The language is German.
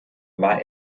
war